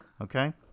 okay